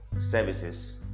services